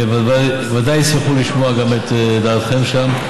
הם בוודאי ישמחו לשמוע גם את דעתכם שם.